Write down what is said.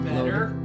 Better